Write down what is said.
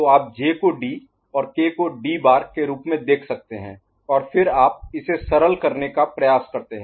तो आप J को D और K को D बार D' के रूप में देख सकते हैं और फिर आप इसे सरल करने का प्रयास करते हैं